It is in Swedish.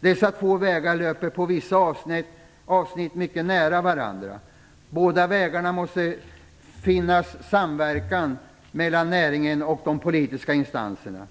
Dessa två vägar löper i vissa avsnitt mycket nära varandra. På båda vägarna måste det finnas samverkan mellan näringen och de politiska instanserna.